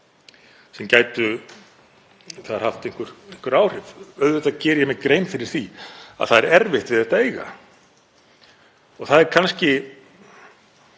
sem gætu haft einhver áhrif. Auðvitað geri ég mér grein fyrir því að það er erfitt við þetta að eiga. Það er kannski